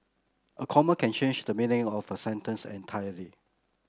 a comma can change the meaning of a sentence entirely